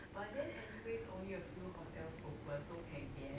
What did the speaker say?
by then anyways only a few hotels open so can guess